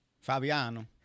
Fabiano